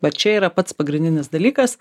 vat čia yra pats pagrindinis dalykas